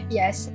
yes